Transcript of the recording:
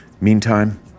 Meantime